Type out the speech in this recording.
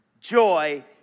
joy